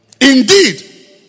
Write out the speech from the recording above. Indeed